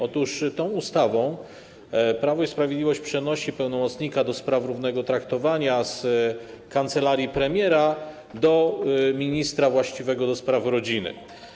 Otóż tą ustawą Prawo i Sprawiedliwość przenosi pełnomocnika ds. równego traktowania z kancelarii premiera do ministra właściwego do spraw rodziny.